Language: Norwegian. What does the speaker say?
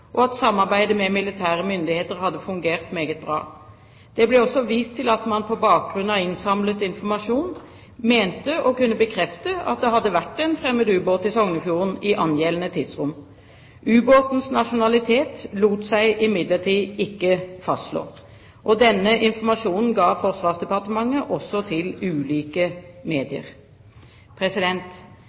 og at samarbeidet med militære myndigheter hadde fungert meget bra. Det ble også vist til at man, på bakgrunn av innsamlet informasjon, mente å kunne bekrefte at det hadde vært en fremmed ubåt i Sognefjorden i angjeldende tidsrom. Ubåtens nasjonalitet lot seg imidlertid ikke fastslå. Denne informasjonen ga Forsvarsdepartementet også til ulike medier.